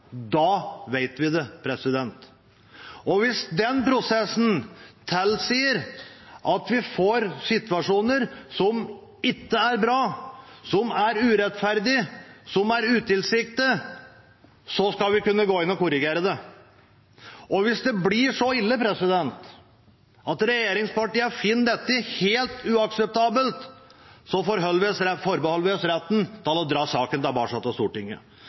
Da vet vi det. Hvis den prosessen tilsier at vi får situasjoner som ikke er bra, som er urettferdige, som er utilsiktete, skal vi kunne gå inn og korrigere det. Hvis det blir så ille at regjeringspartiene finner dette helt uakseptabelt, forbeholder vi oss retten til å dra saken tilbake til Stortinget.